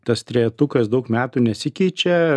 tas trejetukas daug metų nesikeičia